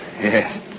Yes